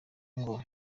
ngo